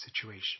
situation